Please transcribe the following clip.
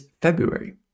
February